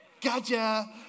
Gotcha